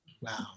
Wow